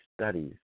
studies